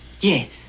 Yes